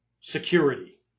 security